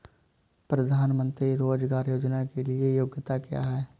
प्रधानमंत्री रोज़गार योजना के लिए योग्यता क्या है?